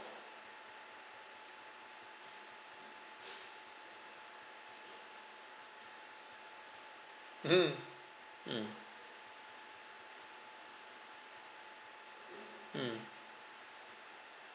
mmhmm mm mm